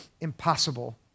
impossible